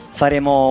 faremo